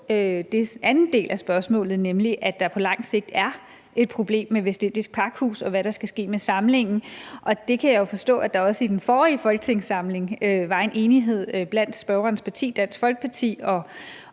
i anden del af spørgsmålet, nemlig at der på lang sigt er et problem med Vestindisk Pakhus, og hvad der skal ske med samlingen. Jeg kan så forstå, der i den forrige folketingssamling var en enighed mellem spørgerens parti, Dansk Folkeparti, og